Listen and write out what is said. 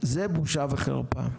זה בושה וחרפה.